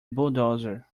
bulldozer